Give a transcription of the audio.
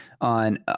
on